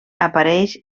apareix